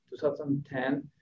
2010